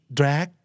drag